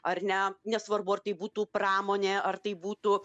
ar ne nesvarbu ar tai būtų pramonė ar tai būtų